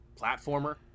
platformer